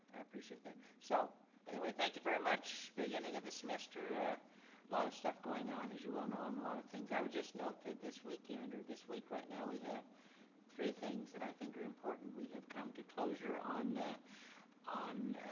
i appreciate that. so anyway, thank you very much. beginning of the semester. a lot of stuff going on as you well know and a lot of things. i would just note that this weekend or this week right now we have three things that i think are important. we have come to closure on on